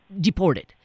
deported